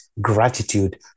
gratitude